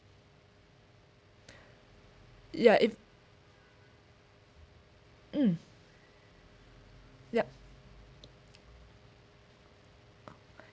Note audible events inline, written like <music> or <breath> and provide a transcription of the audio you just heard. <breath> ya if mm yup